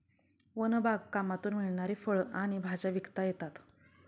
one बागकामातून मिळणारी फळं आणि भाज्या विकता येतात